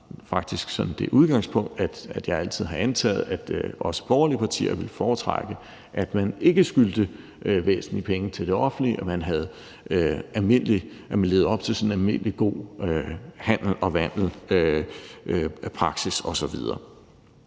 faktisk sådan det udgangspunkt, at jeg altid har antaget, at også borgerlige partier ville foretrække, at man ikke skyldte væsentlige penge til det offentlige, og at man levede op til en sådan almindelig god handel og vandel-praksis osv.